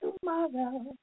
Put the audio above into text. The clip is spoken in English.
tomorrow